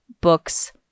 books